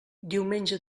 diumenge